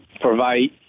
provide